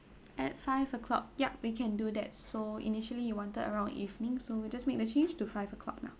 at five o'clock yup we can do that so initially you wanted around evening so we'll just make the change to five o'clock now